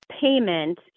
payment